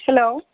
hello